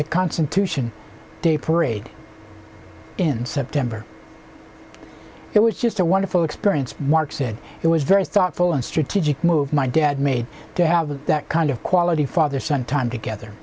the constitution day parade in september it was just a wonderful experience mark said it was very thoughtful and strategic move my dad made to have that kind of quality father son time together